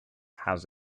has